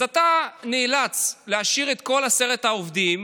אז אתה נאלץ להשאיר את כל עשרת העובדים